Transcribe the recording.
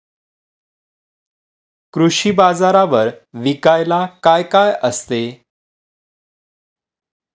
कृषी बाजारावर विकायला काय काय असते?